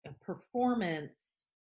performance